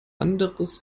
anderes